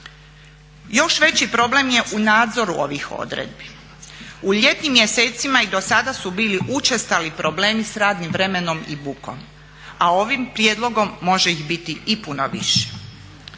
Još veći problem je u nadzoru ovih odredbi. U ljetnim mjesecima i dosada su bili učestali problemi s radnim vremenom i bukom, a ovim prijedlogom može ih biti i puno više.